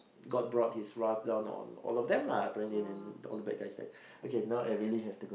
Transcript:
god brought his wrath down on them lah then all the bad guys died okay I really have to go